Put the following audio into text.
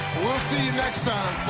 we'll see you next time,